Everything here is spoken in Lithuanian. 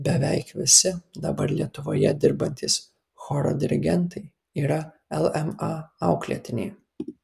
beveik visi dabar lietuvoje dirbantys choro dirigentai yra lma auklėtiniai